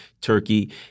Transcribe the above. Turkey